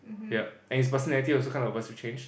yup and his personality also kind of averse to change